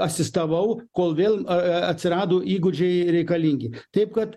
asistavau kol vėl atsirado įgūdžiai reikalingi taip kad